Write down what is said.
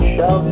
Show